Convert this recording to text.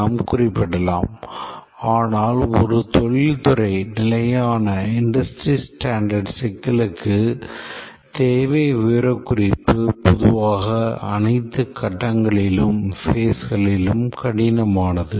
நீங்கள் ஒரு சிறிய கடினமானது